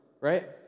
right